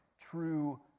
true